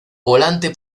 volante